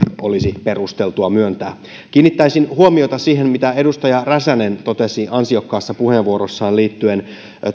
olisi perusteltua myöntää kiinnittäisin huomiota siihen mitä edustaja räsänen totesi ansiokkaassa puheenvuorossaan liittyen